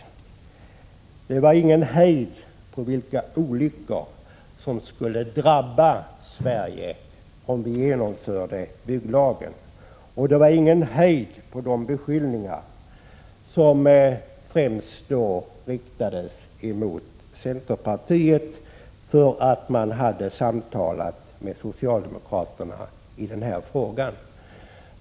Det var ingen hejd på vilka olyckor som skulle drabba Sverige, om vi genomförde bygglagen, och det var ingen hejd på de beskyllningar som främst riktades mot centerpartiet för att man där hade samtalat med socialdemokraterna i den här frågan.